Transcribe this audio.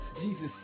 Jesus